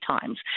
times